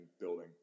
building